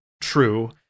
true